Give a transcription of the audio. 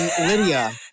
Lydia